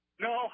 No